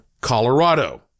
Colorado